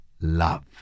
love